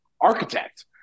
architect